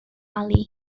ali